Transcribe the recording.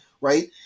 Right